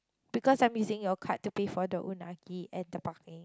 because I'm using your card to pay for the unagi and the parking